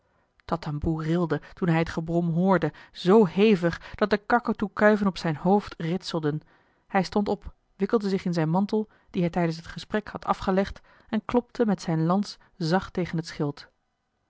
tatamboe rilde toen hij het gebrom hoorde zoo hevig dat de kakatoekuiven op zijn hoofd ritselden hij stond op wikkelde zich in zijn mantel dien hij tijdens het gesprek had afgelegd en klopte met zijne lans zacht tegen het schild